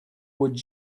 would